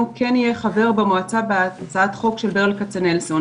כן יהיה חבר במועצה בהצעת החוק של ברל כצנלסון.